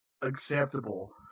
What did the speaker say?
acceptable